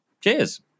Cheers